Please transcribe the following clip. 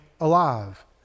alive